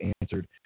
answered